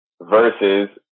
Versus